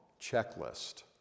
checklist